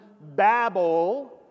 Babel